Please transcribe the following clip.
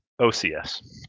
ocs